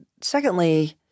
secondly